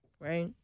Right